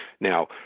now